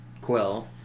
Quill